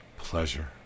pleasure